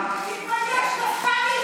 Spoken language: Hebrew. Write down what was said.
אני רוצה שנפתלי ישמע אותי.